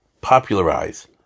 popularize